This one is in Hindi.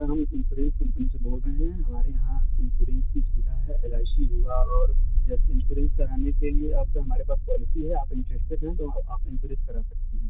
सर हम इंसोरेंस कम्पनी से बोल रहे हैं हमारे यहाँ इंसोरेंस की सुविधा है एल आई सी हुआ और या इंसोरेंस कराने के लिए आपको हमारे पास पॉलिसी है आप इन्टरेस्टेड हैं तो आप इंसोरेंस करा सकते हैं